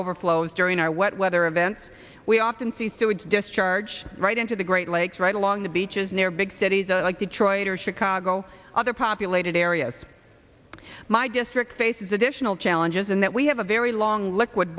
during our wet weather events we often see sewage discharge right into the great lakes right along the beaches near big cities like detroit or chicago other populated areas my district faces additional challenges and that we have a very long liquid